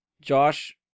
Josh